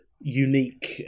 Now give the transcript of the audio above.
unique